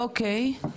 אוקי.